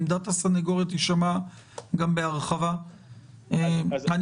עמדת הסנגוריה הציבורית תישמע בהרחבה גם בדיון הבא.